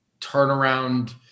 turnaround